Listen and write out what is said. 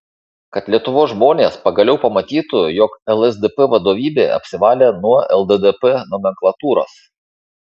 kad lietuvos žmonės pagaliau pamatytų jog lsdp vadovybė apsivalė nuo lddp nomenklatūros